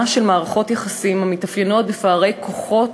של מערכות יחסים המתאפיינות בפערי כוחות,